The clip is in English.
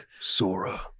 Sora